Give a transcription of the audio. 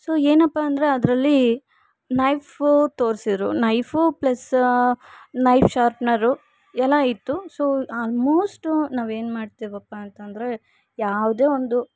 so ಏನಪ್ಪಾ ಅಂದರೆ ಅದರಲ್ಲಿ ನೈಫೂ ತೋರಿಸಿದ್ರು ನೈಫು ಪ್ಲಸ್ ನೈಫ್ ಶಾರ್ಪ್ನರು ಎಲ್ಲಾ ಇತ್ತು ಸೊ ಆಲ್ಮೋಶ್ಟ್ ನಾವೇನು ಮಾಡ್ತೀವಪ್ಪಾ ಅಂತಂದರೆ ಯಾವುದೆ ಒಂದು